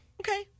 Okay